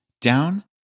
down